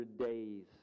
days